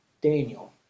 Daniel